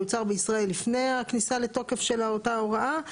יוצר בישראל לפני הכניסה לתוקף של אותה הוראה.